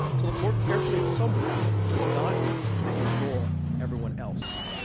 to look more carefully at someone does not mean that you ignore everyone else.